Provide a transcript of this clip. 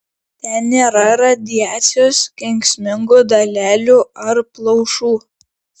ten nėra radiacijos kenksmingų dalelių ar plaušų